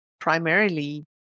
primarily